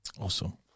Awesome